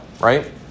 right